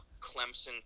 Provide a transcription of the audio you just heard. Clemson